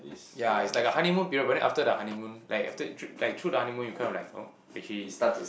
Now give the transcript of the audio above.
ya it's like a honeymoon period but then after the honeymoon like after the trip like through the honeymoon you kind of like oh actually